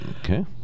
Okay